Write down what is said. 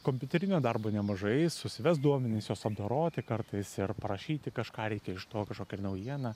kompiuterinio darbo nemažai susivest duomenis juos apdoroti kartais ir parašyti kažką reikia iš to kažkokią naujieną